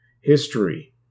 History